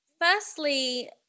firstly